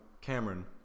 Cameron